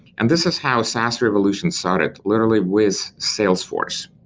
and this is how saas revolution started, literally with salesforce.